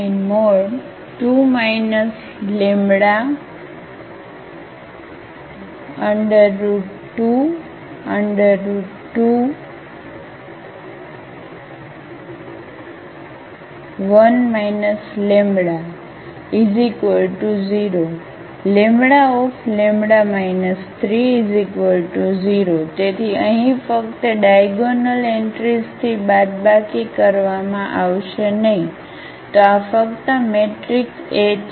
2 λ √2 √2 1 λ 0 ⇒λλ 30 તેથી અહીં ફક્ત ડાયાગોનલએન્ટ્રીઝથી બાદબાકી કરવામાં આવશે નહીં તો આ ફક્ત મેટ્રિક્સ એ છે